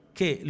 che